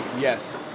Yes